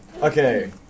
Okay